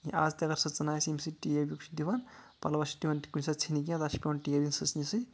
یا آز تہِ اَگر سٕژَن آسہِ ییٚمہِ سۭتۍ ٹیب ویب چھِ دِوان پَلوَس چھِ دِوان کُنہِ ساتہٕ ژھیٚنہِ کیٚنٛہہ تَتھ چھ پیٚوان ٹیب دِنۍ سٕژنہِ سۭتۍ